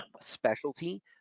specialty